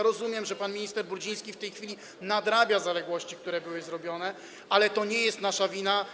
Rozumiem, że pan minister Brudziński w tej chwili nadrabia zaległości, które były zrobione, ale to nie jest nasza wina.